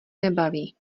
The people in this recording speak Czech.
nebaví